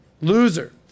Loser